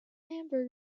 hamburgers